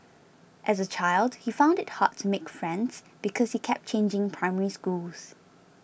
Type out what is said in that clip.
as a child he found it hard to make friends because he kept changing Primary Schools